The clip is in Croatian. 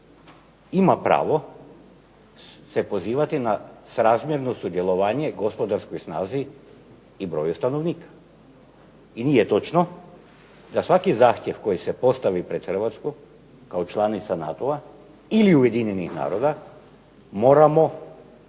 ima pravo se pozivati na srazmjerno sudjelovanje, gospodarskoj snazi i broju stanovnika. I nije točno da svaki zahtjev koji se postavi pred Hrvatsku kao članica NATO-a ili Ujedinjenih naroda moramo izvršavati